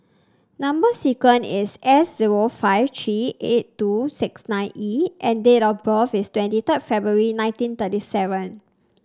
number sequence is S zero five three eight two six nine E and date of birth is twenty third February nineteen thirty seven